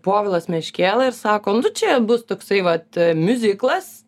povilas meškėla ir sako nu čia bus toksai vat miuziklas